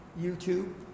YouTube